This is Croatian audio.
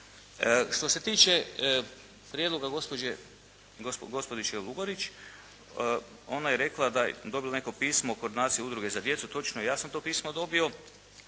Što se tiče prijedloga gospođice Lugarić ona je rekla da je dobila neko pismo Koordinacije udruga za djecu. Točno je, i ja sam to pismo dobio.